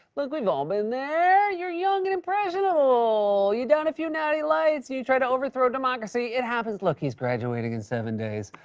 look, we've all been there. you're young and impressionable. you downed a few natty lights, and you tried to overthrow democracy. it happens. look, he's graduating in seven days.